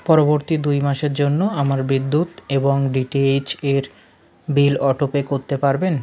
পরবর্তী দুই মাসের জন্য আমার বিদ্যুৎ এবং ডিটিএইচের বিল অটোপে করতে পারবেন